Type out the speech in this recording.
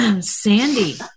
Sandy